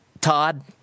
Todd